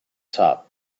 top